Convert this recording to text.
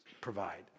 provide